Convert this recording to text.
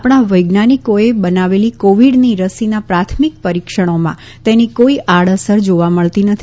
આપણા વૈજ્ઞાનિકોએ બનાવેલી કોવિડની રસીના પ્રાથમિક પરિક્ષણોમાં તેની કોઈ આડઅસર જોવા મળી નથી